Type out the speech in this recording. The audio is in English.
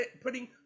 putting